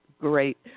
Great